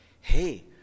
hey